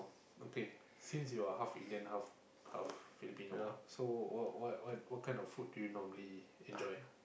okay since you are half Indian half half Filipino so what what what kind of food do you normally enjoy